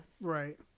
Right